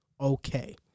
okay